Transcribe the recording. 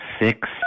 six